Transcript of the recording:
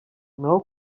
naho